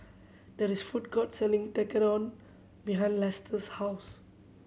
that is the food court selling Tekkadon behind Lester's house